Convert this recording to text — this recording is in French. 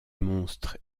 monstre